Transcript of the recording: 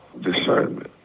discernment